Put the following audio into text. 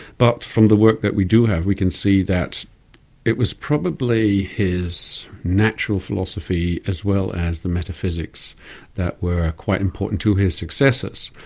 but from the work that we do have, we can see that it was probably his natural philosophy as well as the metaphysics that were quite important to his successors.